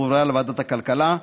והועברה לוועדת הכלכלה.